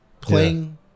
playing